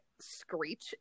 screech